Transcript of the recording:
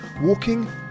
walking